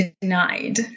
denied